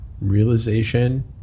realization